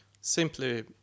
Simply